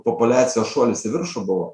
populiacijos šuolis į viršų buvo